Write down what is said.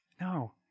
no